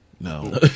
no